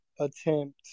attempt